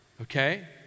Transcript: okay